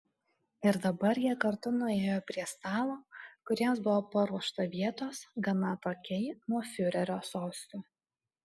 ir dabar jie kartu nuėjo prie stalo kur jiems buvo paruošta vietos gana atokiai nuo fiurerio sosto